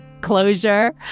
closure